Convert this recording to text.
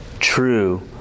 true